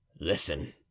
listen